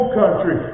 country